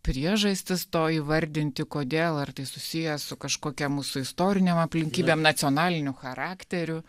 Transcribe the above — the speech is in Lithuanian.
priežastis to įvardinti kodėl ar tai susiję su kažkokia mūsų istorinėm aplinkybėm nacionaliniu charakteriu